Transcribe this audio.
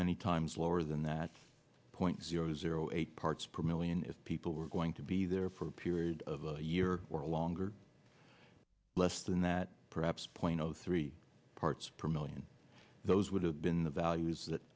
many times lower than that point zero zero eight parts per million if people were going to be there for a period of a year or longer less than that perhaps point zero three parts per million those would have been the values that